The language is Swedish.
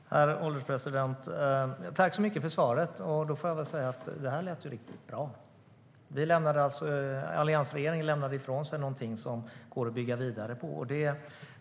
Herr ålderspresident! Jag vill tacka ministern för svaret. Det lät riktigt bra. Alliansregeringen lämnade alltså ifrån sig något som det går att bygga vidare på.